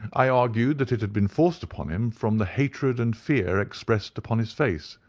i argued that it had been forced upon him from the hatred and fear expressed upon his face.